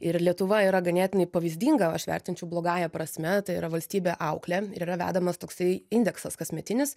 ir lietuva yra ganėtinai pavyzdinga aš vertinčiau blogąja prasme tai yra valstybė auklė yra vedamas toksai indeksas kasmetinis